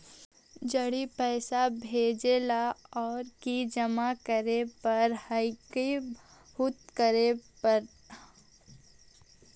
जड़ी पैसा भेजे ला और की जमा करे पर हक्काई बताहु करने हमारा?